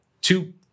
two